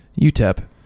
UTEP